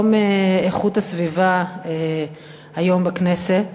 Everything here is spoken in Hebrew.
יום איכות הסביבה היום בכנסת,